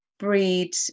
breed